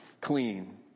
clean